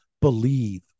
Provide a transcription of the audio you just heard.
believe